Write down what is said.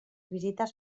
visites